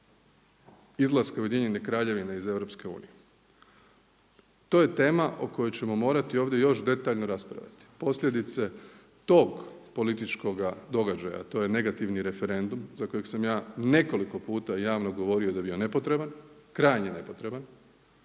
izlaska Ujedinjene kraljevine iz EU. To je tema o kojoj ćemo morati još ovdje detaljno raspravljati. Posljedice tog političkoga događaja a to je negativni referendum za kojeg sam ja nekoliko puta javno govorio da je bio nepotreban, krajnje nepotreban